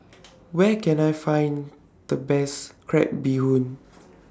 Where Can I Find The Best Crab Bee Hoon